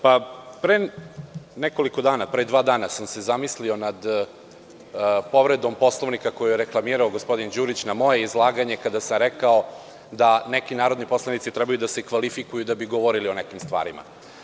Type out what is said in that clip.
Pre nekoliko dana, pre dva dana, sam se zamislio nad povredom Poslovnika koju je reklamirao gospodin Đurić na moje izlaganje, kada sam rekao da neki narodni poslanici trebaju da se kvalifikuju da bi govorili o nekim stvarima.